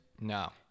No